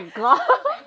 oh my god